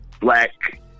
black